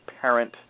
parent